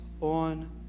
on